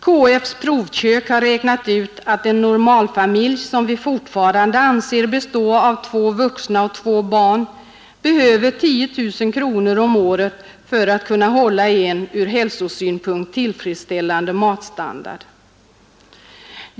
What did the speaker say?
KF:s provkök har räknat ut att en normalfamilj, som vi fortfarande anser bestå av två vuxna och två barn, behöver 10 000 kronor om året för att kunna hålla en ur hälsosynpunkt tillfredsställande matstandard.